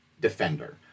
defender